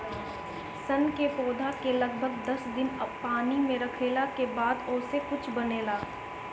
सन के पौधा के लगभग दस दिन पानी में रखले के बाद ओसे कुछू बनेला